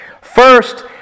first